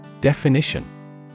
Definition